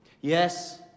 Yes